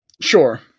sure